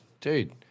dude